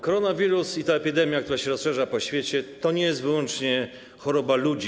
Koronawirus i ta epidemia, która się rozszerza po świecie, to nie jest wyłącznie choroba ludzi.